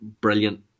brilliant